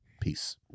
Peace